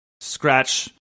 scratch